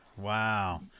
Wow